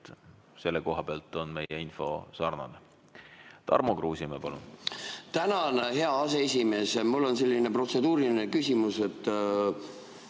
selle koha pealt on meie info sarnane. Tarmo Kruusimäe, palun! Tänan, hea aseesimees! Mul on selline protseduuriline küsimus.